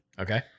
Okay